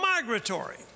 migratory